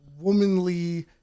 womanly